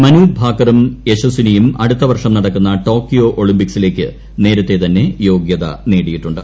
മനൂപ് ഭാക്കറും യശസ്ഥിനിയും അടുത്തവർഷം നടക്കുന്ന ടോക്കിയോ ഒളിംമ്പിക്സിലേക്ക് നേരത്തേ തന്നെ യോഗൃത നേടിയിട്ടുണ്ട്